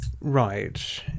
Right